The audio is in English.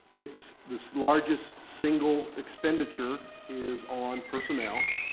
it's the largest single expenditure is on personnel,